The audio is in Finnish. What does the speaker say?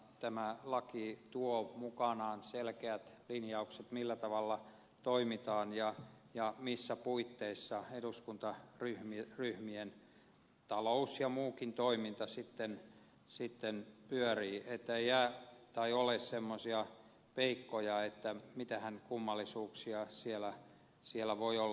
tämä laki tuo mukanaan selkeät linjaukset millä tavalla toimitaan ja missä puitteissa eduskuntaryhmien talous ja muukin toiminta sitten pyörii ettei ole semmoisia peikkoja että mitähän kummallisuuksia siellä voi olla